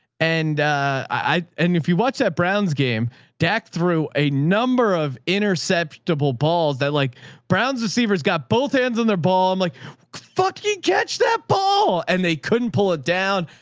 and i, and if you watch that brown's game dak through a number of intercept, double balls that like browns receivers got both hands on their ball. i'm like f g catch that ball and they couldn't pull it down.